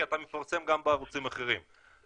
כי אתה מפרסם גם בערוצים אחרים.